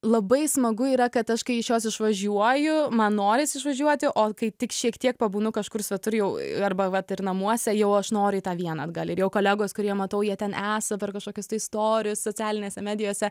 labai smagu yra kad aš kai iš jos išvažiuoju man noris išvažiuoti o kai tik šiek tiek pabūnu kažkur svetur jau arba vat ir namuose jau aš noriu į tą vieną atgal ir jau kolegos kurie matau ją ten esą per kažkokius tai storius socialinėse medijose